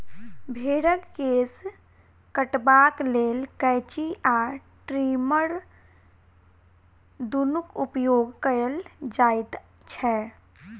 भेंड़क केश कटबाक लेल कैंची आ ट्रीमर दुनूक उपयोग कयल जाइत छै